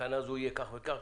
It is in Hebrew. בתקנה זו יהיה כך וכך,